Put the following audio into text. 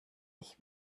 ich